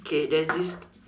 okay there's this